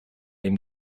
dem